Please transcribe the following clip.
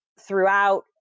throughout